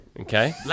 Okay